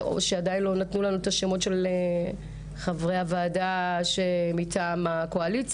או שעדיין לא נתנו לנו את שמות חברי הוועדה מטעם הקואליציה,